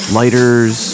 lighters